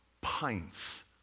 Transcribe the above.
pints